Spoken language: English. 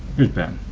here's ben!